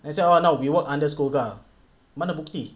I said oh now we work under SCOGA mana bukti